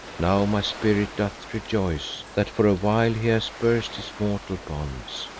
now my spirit doth rejoice that for a while he has burst his mortal bonds.